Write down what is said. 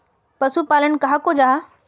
पशुपालन कहाक को जाहा?